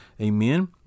Amen